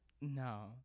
No